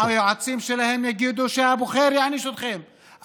היועצים שלהם יגידו: הבוחר יעניש אתכם.